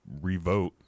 revote